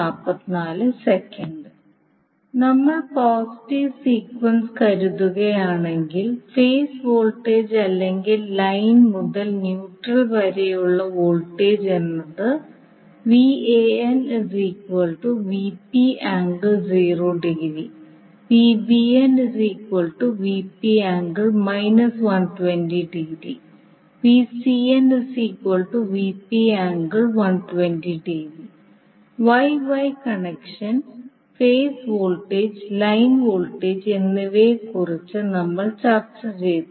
നമ്മൾ positive sequence കരുതുകയാണെങ്കിൽ phase voltage അല്ലെങ്കിൽ ലൈൻ മുതൽ ന്യൂട്രൽ വരെയുളള വോൾട്ടേജ് എന്നത് Y Y connection phase voltage line voltage എന്നിവയെക്കുറിച്ച് നമ്മൾ ചർച്ച ചെയ്തു